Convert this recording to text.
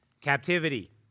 Captivity